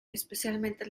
especialmente